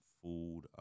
Food